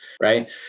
right